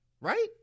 right